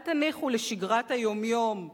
אל תניחו לשגרת היום-יום,